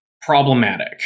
problematic